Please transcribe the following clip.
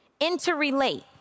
interrelate